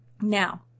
Now